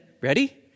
ready